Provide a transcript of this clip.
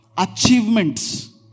Achievements